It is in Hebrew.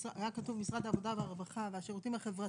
היה כתוב משרד העבודה והרווחה והשירותים החברתיים,